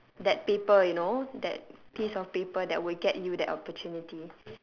that paper you know that piece of paper that will get you that opportunity